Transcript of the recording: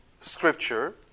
scripture